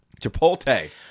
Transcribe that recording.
Chipotle